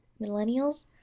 millennials